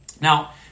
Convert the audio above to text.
Now